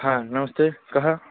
हा नमस्ते कः